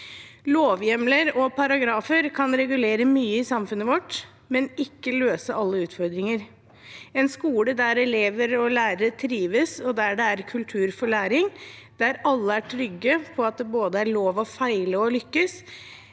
Lovhjemler og paragrafer kan regulere mye i samfunnet vårt, men ikke løse alle utfordringer. En skole der elever og lærere trives, der det er kultur for læring, og der alle er trygge på at det er lov å både feile og lykkes,